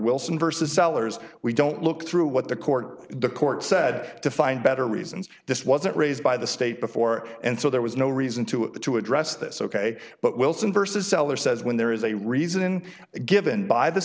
wilson vs sellers we don't look through what the court the court said to find better reasons this wasn't raised by the state before and so there was no reason to it to address this ok but wilson versus seller says when there is a reason given by the